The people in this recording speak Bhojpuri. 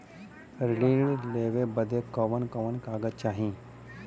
ऋण लेवे बदे कवन कवन कागज चाही?